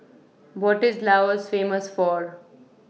What IS Laos Famous For